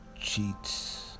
Cheats